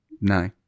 No